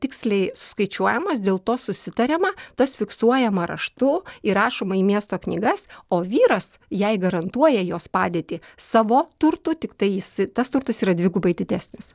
tiksliai skaičiuojamas dėl to susitariama tas fiksuojama raštu įrašoma į miesto knygas o vyras jai garantuoja jos padėtį savo turtų tiktai jis tas turtas yra dvigubai didesnis